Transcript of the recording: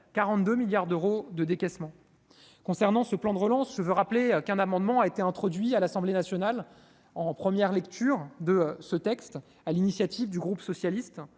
42 milliards d'euros de décaissement concernant ce plan de relance, je veux rappeler qu'un amendement a été introduit à l'Assemblée nationale en première lecture de ce texte à l'initiative du groupe socialiste,